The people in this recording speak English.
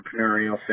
entrepreneurial